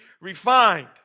refined